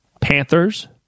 Panthers